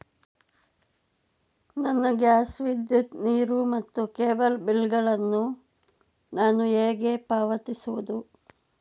ನನ್ನ ಗ್ಯಾಸ್, ವಿದ್ಯುತ್, ನೀರು ಮತ್ತು ಕೇಬಲ್ ಬಿಲ್ ಗಳನ್ನು ನಾನು ಹೇಗೆ ಪಾವತಿಸುವುದು?